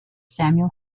samuel